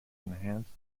enhanced